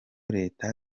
leta